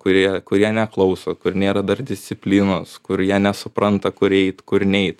kurie kurie neklauso kur nėra dar disciplinos kur jie nesupranta kur eit kur neit